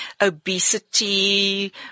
obesity